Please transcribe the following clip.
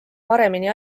paremini